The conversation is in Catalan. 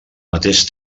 mateix